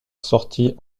sortie